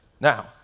Now